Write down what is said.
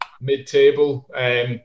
mid-table